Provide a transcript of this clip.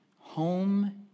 home